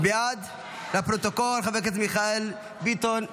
27 בעד, 47 נגד.